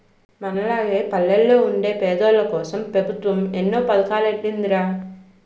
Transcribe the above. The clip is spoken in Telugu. మనలాగ పల్లెల్లో వుండే పేదోల్లకోసం పెబుత్వం ఎన్నో పదకాలెట్టీందిరా